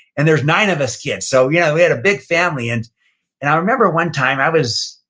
and there's nine of us kids. so, yeah we had a big family. and and i remember one time, i was,